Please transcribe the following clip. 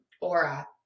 aura